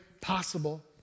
possible